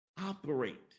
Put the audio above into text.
operate